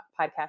podcast